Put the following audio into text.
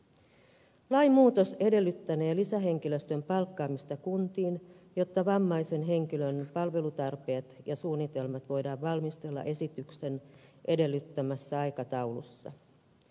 lain muutos edellyttänee lisähenkilöstön palkkaamista kuntiin jotta vammaisen henkilön palvelutarpeet ja suunnitelmat voidaan valmistella esityksen edellyttämässä aikataulussa